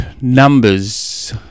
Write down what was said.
numbers